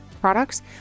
products